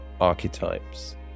archetypes